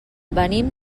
venim